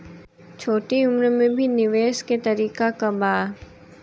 छोटी उम्र में भी निवेश के तरीका क बा?